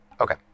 Okay